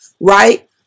Right